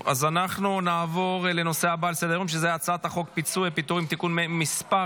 אנחנו נעבור לנושא הבא על סדר-היום הצעת חוק פיצויי פיטורים (תיקון מס'